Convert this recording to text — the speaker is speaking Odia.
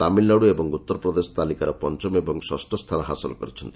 ତାମିଲନାଡୁ ଏବଂ ଉତ୍ତରପ୍ରଦେଶ ତାଲିକାର ପଞ୍ଚମ ଏବଂ ଷଷ୍ଠ ସ୍ଥାନ ହାସଲ କରିଛନ୍ତି